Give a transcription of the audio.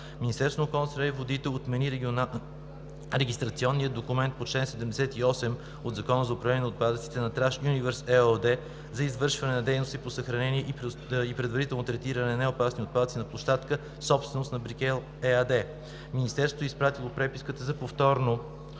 Министерството е изпратило преписката за повторно